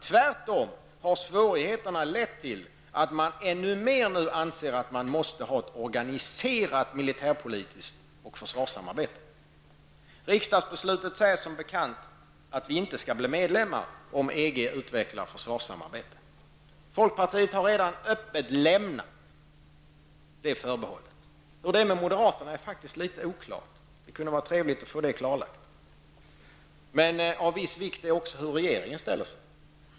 Tvärtom har svårigheterna lett till att man ännu mer anser att man måste ha ett organiserat militärpolitiskt och försvarspolitiskt samarbete. Riksdagsbeslutet säger som bekant att vi inte skall bli medlemmar om EG utvecklar försvarssamarbetet. Folkpartiet har redan öppet lämnat det förbehållet. Hur det är med moderaterna är faktiskt litet oklart; det kunde vara trevligt att få det klarlagt. Men av viss vikt är också hur regeringen ställer sig.